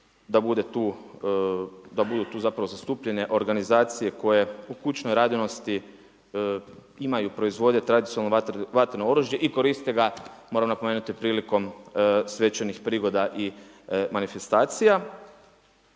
da budu tu zapravo zastupljene organizacije koje u kućnoj radinosti imaju proizvodnju tradicionalno vatreno oružje i koriste ga moram napomenuti, prilikom svečanih prigoda i manifestacija.